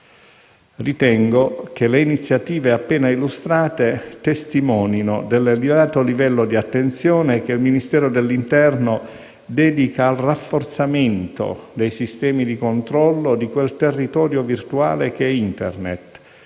Ritengo che le iniziative appena illustrate testimonino dell'elevato livello di attenzione che il Ministero dell'interno dedica al rafforzamento dei sistemi di controllo di quel "territorio virtuale" che è Internet;